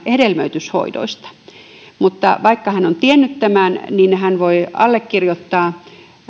hedelmöityshoidoista mutta vaikka hän on tiennyt tämän hän voi allekirjoittaa